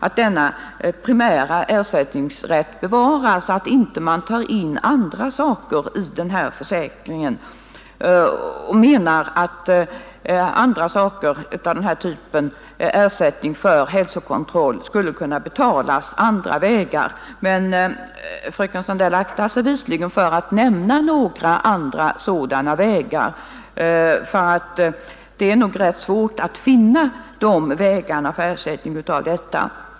Hon menar att man därför inte bör ta in andra saker i det sammanhanget, utan att sådant som ersättning för hälsokontroll skulle kunna betalas andra vägar. Men fröken Sandell aktar sig visligen för att nämna några sådana andra vägar, och det är nog rätt svårt att finna några.